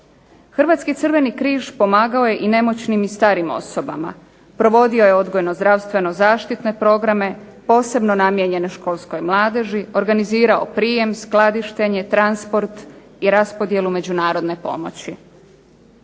Hrvatski Crveni križ pomagao je i nemoćnim i starim osobama, provodio je odgojno-zdravstveno-zaštitne programe posebno namijenjene školskoj mladeži, organizirao prijem, skladištenje, transport i raspodjelu međunarodne pomoći.